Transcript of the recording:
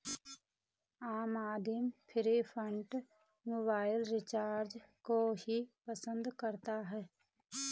आम आदमी prepaid mobile recharge को ही पसंद करता है